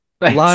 Live